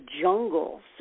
jungles